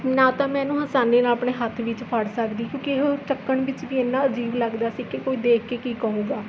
ਨਹੀਂ ਤਾਂ ਮੈ ਇਹਨੂੰ ਅਸਾਨੀ ਨਾਲ਼ ਆਪਣੇ ਹੱਥ ਫੜ ਸਕਦੀ ਕਿਉਂਕਿ ਇਹ ਚੱਕਣ ਵਿੱਚ ਵੀ ਇੰਨਾਂ ਅਜੀਬ ਲੱਗਦਾ ਸੀ ਕਿ ਕੋਈ ਦੇਖ ਕੇ ਕੀ ਕਹੂਗਾ